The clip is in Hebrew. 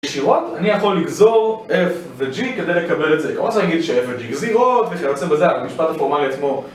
ישירות, אני יכול לגזור F ו-G כדי לקבל את זה לא רוצה להגיד ש-F ו-G גזירות וכיוצא בזה אבל המשפט הפורמלי עצמו